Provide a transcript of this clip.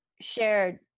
shared